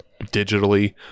digitally